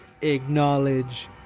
Acknowledge